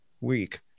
week